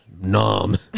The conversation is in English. Nom